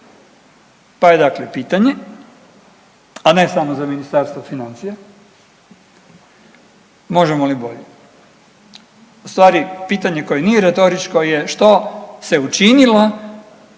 pa je dakle pitanje, a ne samo za Ministarstvo financija, možemo li bolje? U stvari pitanje koje nije retoričko je što se učinilo,